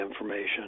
information